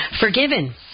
forgiven